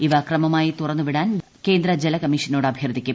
ഇവ ക്രമമായി തുറന്നു വിടാൻ കേന്ദ്ര ജല കമ്മിഷനോട് അഭ്യർത്ഥിക്കും